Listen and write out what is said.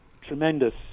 tremendous